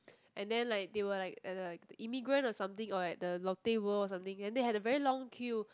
and then like they were like at the emigrant or something or at the lotte-world or something and they had a very long queue